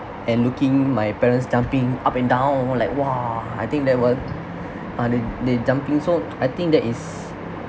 and looking my parents jumping up and down like !wah! I think that was uh they they jumping so I think that is